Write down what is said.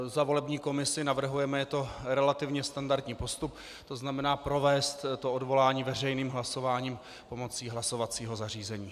Za volební komisi navrhujeme je to relativně standardní postup provést odvolání veřejným hlasováním pomocí hlasovacího zařízení.